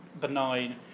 benign